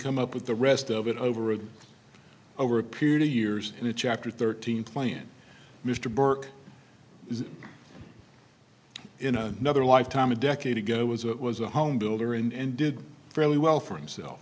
come up with the rest of it over and over a period of years in a chapter thirteen plan mr burke is in a another life time a decade ago was it was a home builder and did fairly well for himself